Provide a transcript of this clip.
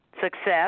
success